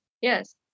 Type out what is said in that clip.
Yes